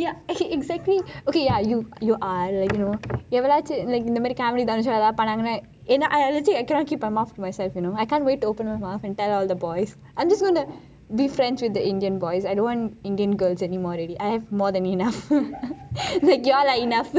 exactly ok ya ya you are I don't know எவளாச்சு:evalachu like இந்த:intha comedy thanush பன்னாங்கனாpannankana I cannot keep my mouth to myself you know I can't wait to open up my mouth and tell all the boys I just want to be friends with the indian boys I don't want to be friends with the indian girls I have had more than enough you all are enough